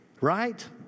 right